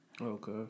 Okay